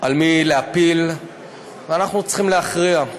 על מי להפיל ואנחנו צריכים להכריע.